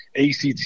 ACT